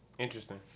Interesting